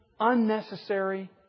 unnecessary